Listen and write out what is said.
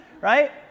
right